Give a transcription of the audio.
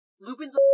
Lupin's